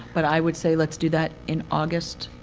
but i would say, let's do that in august,